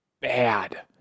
bad